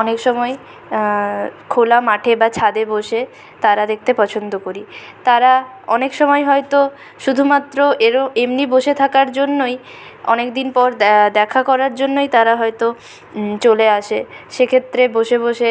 অনেক সময় খোলা মাঠে বা ছাদে বসে তারা দেখতে পছন্দ করি তারা অনেক সময় হয়তো শুধুমাত্র এমনি বসে থাকার জন্যই অনেকদিন পর দেখা করার জন্যই তারা হয়তো চলে আসে সেক্ষেত্রে বসে বসে